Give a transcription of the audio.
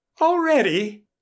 Already